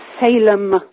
Salem